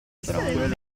prona